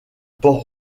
port